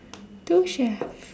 two chefs